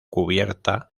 cubierta